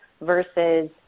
versus